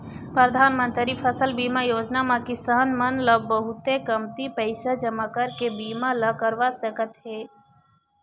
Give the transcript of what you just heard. परधानमंतरी फसल बीमा योजना म किसान मन ल बहुते कमती पइसा जमा करके बीमा ल करवा सकत हे